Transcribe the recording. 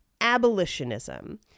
abolitionism